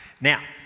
Now